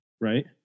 right